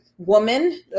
woman